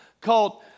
called